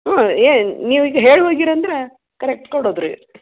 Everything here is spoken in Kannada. ಹಾಂ ಏ ನೀವು ಈಗ ಹೇಳಿ ಹೋಗ್ಯಾರ ಅಂದ್ರೆ ಕರೆಕ್ಟ್ ಕೊಡೋದು ರೀ